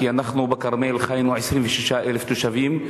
כי אנחנו בכרמל חיינו 26,000 תושבים,